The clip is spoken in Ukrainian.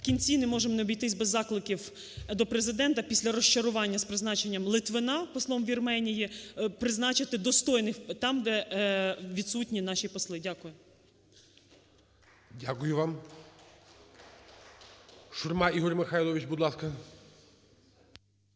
в кінці не можемо не обійтись без закликів до Президента після розчарування з призначенням Литвина послом Вірменії, призначити достойних там, де відсутні наші посли. Дякую. ГОЛОВУЮЧИЙ. Дякую вам. Шурма Ігор Михайлович, будь ласка.